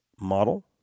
model